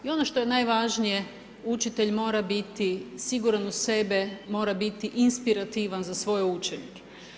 I ono što je najvažnije, učitelj mora biti siguran u sebe, mora biti inspirativan za svoje učenike.